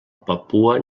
papua